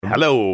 Hello